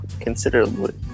considerably